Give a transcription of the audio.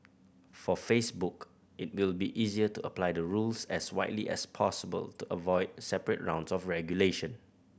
for Facebook it will be easier to apply the rules as widely as possible to avoid separate rounds of regulation